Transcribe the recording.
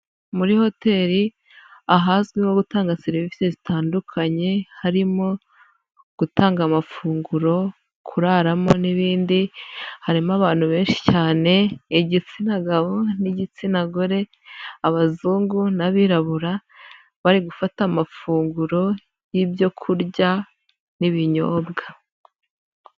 Muri hoteli ahazwiho gutanga serivisi zitandukanye, harimo gutanga amafunguro, kuraramo n'ibindi, harimo abantu benshi cyane, igitsina gabo n'igitsina gore, abazungu n'abirabura, bari gufata amafunguro y'ibyo kurya n'ibinyobwa.